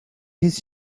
his